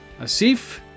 Asif